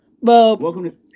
Welcome